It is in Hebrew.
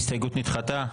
ההסתייגות נדחתה.